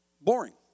boring